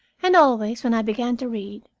and always, when i began to read,